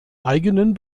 eigenen